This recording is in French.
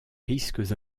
risques